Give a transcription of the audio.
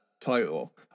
title